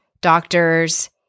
doctors